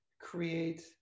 create